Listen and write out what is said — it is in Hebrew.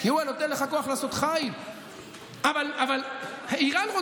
אנחנו שמאל, אבל ציוני,